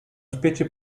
specie